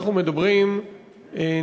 שאף שהוא מביע איזו תמיכה עקרונית במתווה,